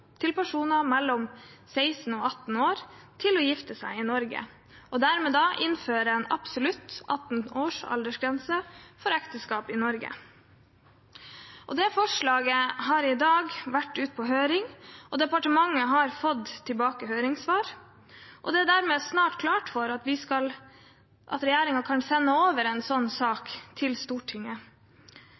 til personer mellom 16 og 18 år til å gifte seg i Norge og dermed da innføre en absolutt 18 års aldersgrense for ekteskap i Norge. Det forslaget har vært ute på høring, departementet har fått tilbake høringssvar, og det er dermed snart klart for at regjeringen kan sende over en slik sak til Stortinget.